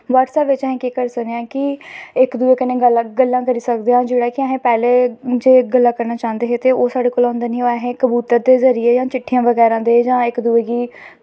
WhatsApp च अस केह् करी सकदे आं कि इक दुए कन्नै गल्लां करी सकदे आं जेह्डा कि पैह्लें असें जे अस गल्लां करनां चांह्दे हे ते ओह् साढ़े कोला दा होंदा निं हा कबूतर दे जरिये जां चिट्ठियां बगैरा जां